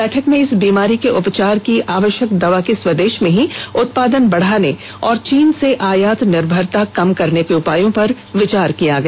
बैठक में इस बीमारी के उपचार की आवश्यक दवा के स्वदेश में ही उत्पादन बढ़ाने और चीन से आयात निर्भरता कम करने के उपायों पर विचार किया गया